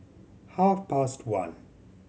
half past one